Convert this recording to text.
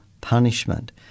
punishment